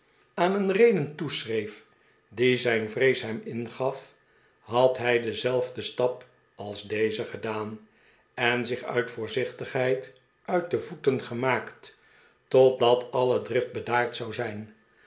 aan een de pickwick club reden toeschreef die zijn vrees hem ingaf had hij denzelfden stap als deze gedaan en zich yit voorzichtigheid uit de voeten gemaakt totdat alle drift bedaard zou zijn